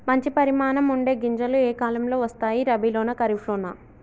మంచి పరిమాణం ఉండే గింజలు ఏ కాలం లో వస్తాయి? రబీ లోనా? ఖరీఫ్ లోనా?